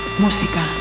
música